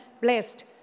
blessed